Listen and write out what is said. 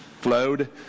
Flowed